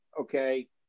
okay